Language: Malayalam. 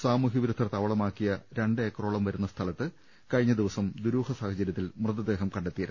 സാമൂഹ്യവിരുദ്ധർ താവളമാക്കിയ രണ്ട് ഏക്കറോളം വരുന്ന സ്ഥലത്ത് കഴിഞ്ഞ് ദിവസം ദുരൂ ഹസാഹചര്യത്തിൽ മൃതദേഹം കണ്ടെത്തിയിരുന്നു